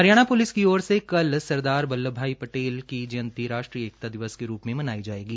Haryana police की ओर से कल सरदार बल्ल्भभाई पटेल की जयंती राष्ट्रीय एकता दिवस के रूप में मनाई जायेगी